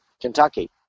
Kentucky